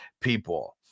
people